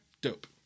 dope